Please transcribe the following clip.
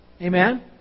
Amen